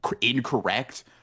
incorrect